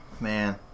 Man